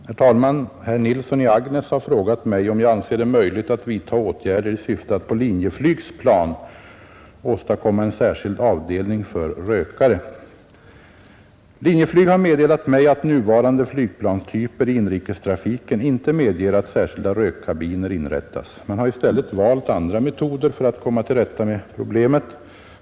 Herr talman! Herr Nilsson i Agnäs har frågat mig om jag anser det möjligt att vidta åtgärder i syfte att på Linjeflygs plan åstadkomma en särskild avdelning för rökare. Linjeflyg har meddelat mig att nuvarande flygplanstyper i inrikestrafiken inte medger att särskilda rökkabiner inrättas. Man har i stället valt andra metoder för att komma till rätta med problemet.